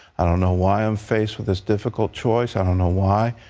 i don't know why i'm faced with this difficult choice. i don't know why,